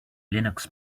linux